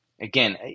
Again